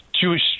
Jewish